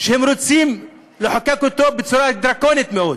שהם רוצים לחוקק אותו בצורה דרקונית מאוד?